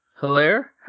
Hilaire